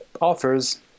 offers